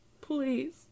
Please